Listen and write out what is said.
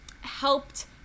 helped